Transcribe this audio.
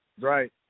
right